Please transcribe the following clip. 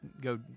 go